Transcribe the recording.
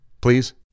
please